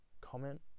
comment